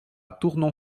tournon